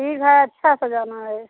ठीक है अच्छा सजाना है